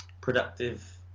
productive